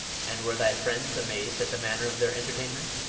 and were thy friends amazed at the manner of their entertainment?